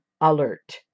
alert